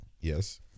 Yes